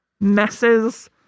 messes